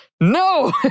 No